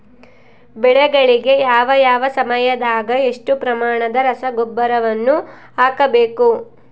ಬೆಳೆಗಳಿಗೆ ಯಾವ ಯಾವ ಸಮಯದಾಗ ಎಷ್ಟು ಪ್ರಮಾಣದ ರಸಗೊಬ್ಬರವನ್ನು ಹಾಕಬೇಕು?